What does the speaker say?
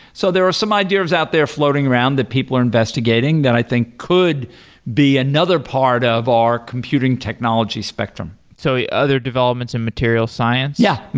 so there are some ideas out there floating around that people are investigating that i think could be another part of our computing technology spectrum so yeah other developments in material science? yeah,